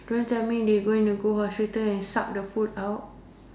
don't tell me they going to go hospital and suck the food out